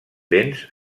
béns